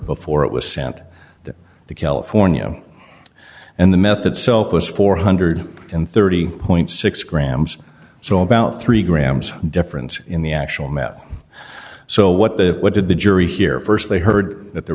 before it was sent the california and the meth that self was four hundred and thirty point six grams so about three grams difference in the actual math so what the what did the jury hear st they heard that there